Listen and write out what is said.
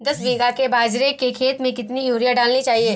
दस बीघा के बाजरे के खेत में कितनी यूरिया डालनी चाहिए?